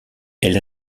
elle